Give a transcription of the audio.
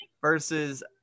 versus